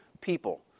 people